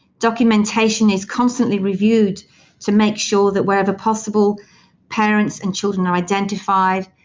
documentation is constantly reviewed to make sure that wherever possible parents and children are identified,